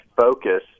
focus